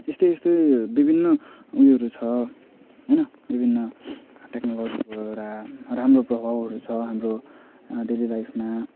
यस्तै यस्तै विभिन्न उयोहरू छ होइन विभिन्न टेक्नोलजीको एउटा राम्रो प्रभावहरू छ हाम्रो डेली लाइफमा